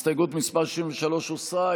הסתייגות מס' 63 הוסרה.